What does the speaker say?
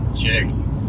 chicks